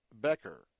Becker